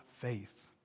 faith